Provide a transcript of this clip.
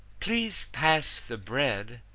please pass the bread,